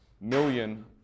million